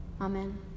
Amen